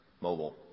mobile